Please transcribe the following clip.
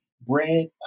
bread